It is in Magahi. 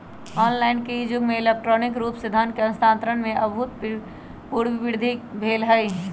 ऑनलाइन के इ जुग में इलेक्ट्रॉनिक रूप से धन के स्थानान्तरण में अभूतपूर्व वृद्धि भेल हइ